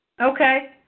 Okay